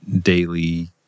daily